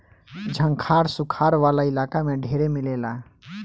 झंखाड़ सुखार वाला इलाका में ढेरे मिलेला